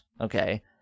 Okay